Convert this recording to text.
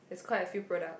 is quite a few products